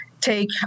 take